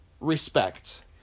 respect